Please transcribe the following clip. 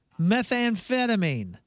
methamphetamine